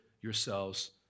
yourselves